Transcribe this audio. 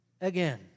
again